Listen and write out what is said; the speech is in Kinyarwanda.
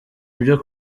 ibyo